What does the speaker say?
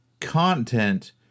content